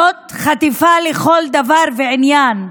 זאת חטיפה לכל דבר ועניין.